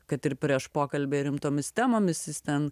kad ir prieš pokalbį rimtomis temomis jis ten